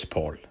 Paul